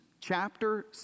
chapter